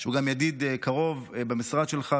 שהוא גם ידיד קרוב במשרד שלך,